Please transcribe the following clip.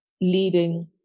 leading